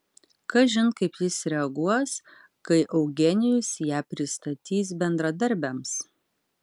kažin kaip jis reaguos kai eugenijus ją pristatys bendradarbiams